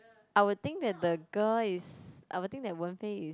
I will think that the girl is I would think that Wen-Fei is